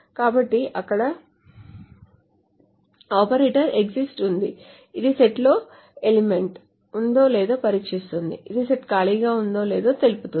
కాబట్టి అక్కడ ఒక ఆపరేటర్ exists ఉంది ఇది సెట్లో ఎలిమెంట్ ఉందో లేదో పరీక్షిస్తుంది ఇది సెట్ ఖాళీగా ఉందో లేదో తెలుపుతుంది